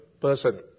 person